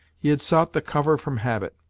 he had sought the cover from habit,